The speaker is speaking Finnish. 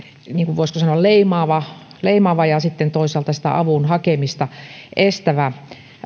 voisiko sanoa leimaava leimaava ja sitten toisaalta sitä avun hakemista estävä